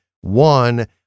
One